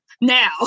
Now